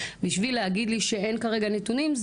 בשביל להגיד לי שאין כרגע נתונים,